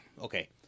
okay